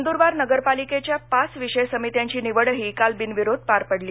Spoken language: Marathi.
नंदुरबार नगरपालीकेच्या पाच विषय समित्यांची निवडही काल बिनविरोध पार पडली